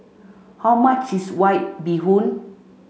how much is white bee hoon